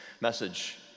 message